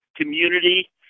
community